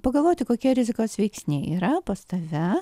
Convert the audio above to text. pagalvoti kokie rizikos veiksniai yra pas tave